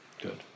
Good